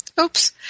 oops